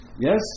Yes